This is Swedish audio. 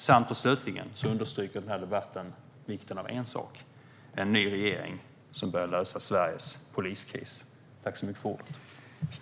Sant och slutligen understryker dock den här debatten vikten av en sak, nämligen en ny regering som börjar lösa Sveriges poliskris.